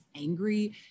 angry